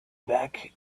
back